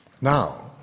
now